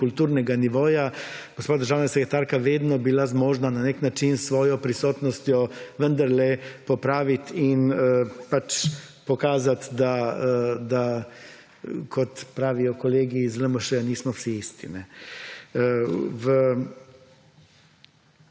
kulturnega nivoja, gospa državna sekretarka vedno bila zmožna na nek način s svojo prisotnostjo vendarle popraviti in pač pokazati, da kot pravijo kolegi iz LMŠ nismo vsi isti.